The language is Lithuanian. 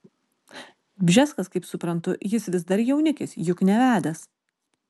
bžeskas kaip suprantu jis vis dar jaunikis juk nevedęs